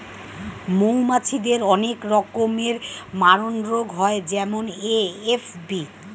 মৌমাছিদের অনেক রকমের মারণরোগ হয় যেমন এ.এফ.বি